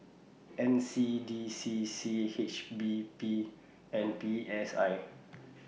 N C D C C H P B and P S I